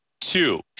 Two